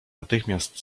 natychmiast